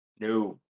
No